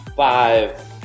Five